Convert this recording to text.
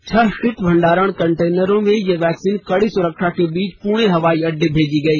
छह शीत भंडारण कटेनरों में ये वैक्सीन कड़ी सुरक्षा के बीच पुणे हवाई अड्डे भेजी गई